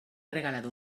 regalado